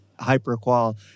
hyperqual